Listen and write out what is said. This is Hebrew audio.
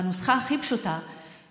בנוסחה הכי פשוטה,